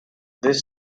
this